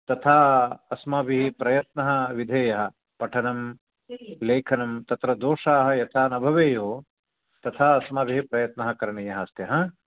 तथा अस्माभिः प्रयत्नः विधेयः पठनं लेखनं तत्र दोषाः यथा न भवेयुः तथा अस्माभिः प्रयत्नकरणीया अस्ति